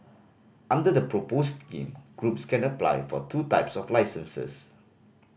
under the proposed scheme groups can apply for two types of licences